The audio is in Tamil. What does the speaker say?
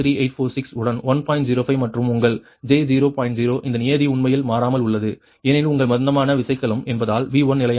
0 இந்த நியதி உண்மையில் மாறாமல் உள்ளது ஏனெனில் உங்கள் மந்தமான விசைக்கலம் என்பதால் V1 நிலையானது